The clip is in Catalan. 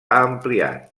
ampliat